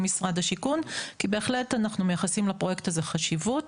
משרד השיכון כי בהחלט אנחנו מייחסים לפרויקט הזה חשיבות.